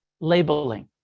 Labeling